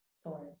Source